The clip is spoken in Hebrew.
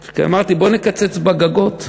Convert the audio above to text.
אמרתי: בוא נקצץ בגגות.